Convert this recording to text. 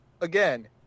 again